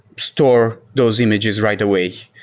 store those images right away?